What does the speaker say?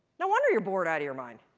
no wonder you're bored out of your mind!